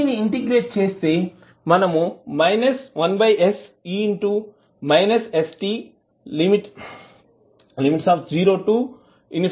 దీనిని ఇంటిగ్రేట్ చేస్తే మనము 1se st|0